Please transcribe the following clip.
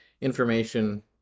information